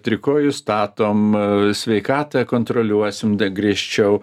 trikojus statom sveikatą kontroliuosim dar griežčiau